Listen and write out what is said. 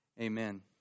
amen